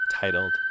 titled